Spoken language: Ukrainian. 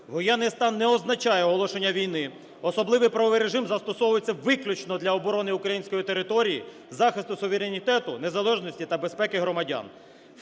Воєнний стан не означає оголошення війни. Особливий правовий режим застосовується виключно для оборони української території, захисту суверенітету, незалежності та безпеки громадян.